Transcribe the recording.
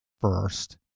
first